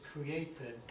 created